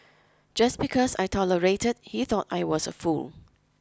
just because I tolerated he thought I was a fool